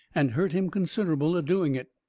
and hurt him considerable a-doing it.